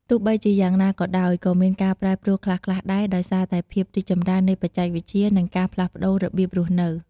ទោះបីជាយ៉ាងណាក៏ដោយ ក៏មានការប្រែប្រួលខ្លះៗដែរ ដោយសារតែភាពរីកចម្រើននៃបច្ចេកវិទ្យា និងការផ្លាស់ប្តូររបៀបរស់នៅ។